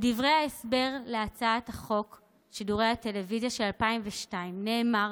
בדברי ההסבר להצעת חוק שידורי טלוויזיה מ-2002 נאמר: